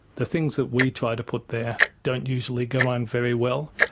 the things that we try to put there don't usually get on very well.